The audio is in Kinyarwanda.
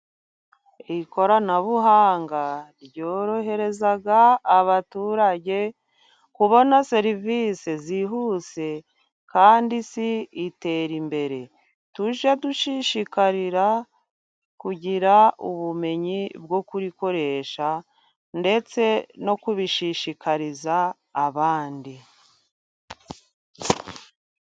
Ikoranabuhanga, ryorohereza abaturage kubona serivisi zihuse, kandi Isi itera imbere. Tujye dushishikarira kugira ubumenyi bwo kurikoresha, ndetse no kubishishikariza abandi.